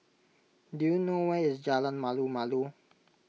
do you know where is Jalan Malu Malu